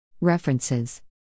References